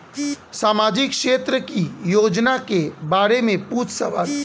सामाजिक क्षेत्र की योजनाए के बारे में पूछ सवाल?